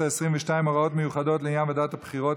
העשרים-ושתיים (הוראות מיוחדות לעניין ועדת הבחירות),